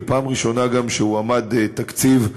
ופעם ראשונה גם שהועמד תקציב.